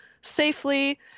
safely